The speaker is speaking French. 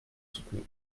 soutenir